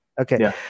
Okay